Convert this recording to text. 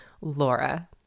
Laura